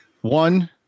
One